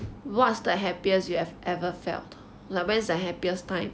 what's the happiest you have ever felt like when is your happiest time